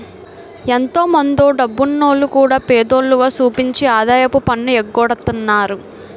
ఎంతో మందో డబ్బున్నోల్లు కూడా పేదోల్లుగా సూపించి ఆదాయపు పన్ను ఎగ్గొడతన్నారు